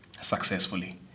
successfully